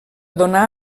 donar